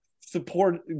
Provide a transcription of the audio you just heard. Support